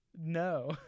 No